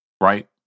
right